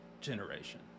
generation